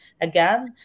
again